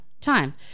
time